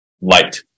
light